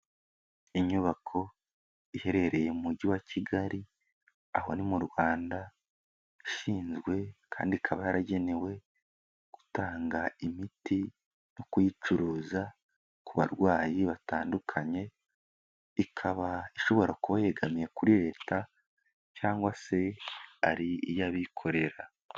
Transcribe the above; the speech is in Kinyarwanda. Inyubako iherereye mu mujyi wa Kigali aho ni mu Rwanda yashinzwe kandi ikaba yaragenewe gutanga imiti no kuyicuruza ku barwayi batandukanye, ikaba ishobora kuba yegamiye kuri leta cyangwa se ari iy'abikorera.